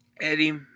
Eddie